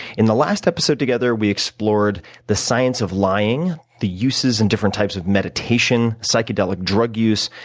in the last episode together, we explored the science of lying, the uses and different types of meditation, psychedelic drug use,